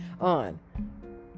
on